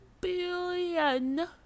billion